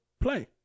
Play